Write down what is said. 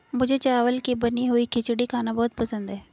मुझे चावल की बनी हुई खिचड़ी खाना बहुत पसंद है